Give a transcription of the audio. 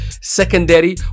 secondary